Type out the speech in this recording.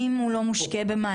אם הוא לא מושקה במים,